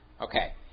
Okay